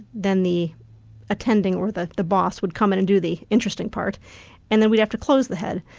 then the attending, or the the boss, would come in and do the interesting part and then we'd have to close the head.